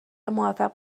موفق